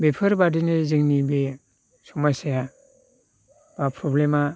बेफोरबादिनो जोंनि बे समायसाया एबा प्रब्लेमा